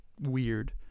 weird